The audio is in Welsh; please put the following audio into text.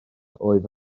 oedd